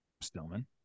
Stillman